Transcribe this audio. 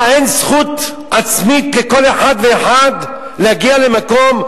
מה, אין זכות עצמית לכל אחד ואחד להגיע למקום,